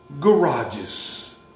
garages